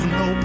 no